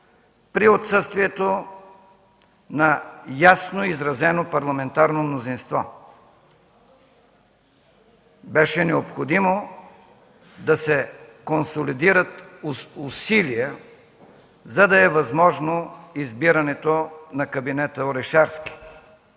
при отсъствието на ясно изразено парламентарно мнозинство. Беше необходимо да се консолидират усилия, за да е възможно избирането на кабинета Орешарски.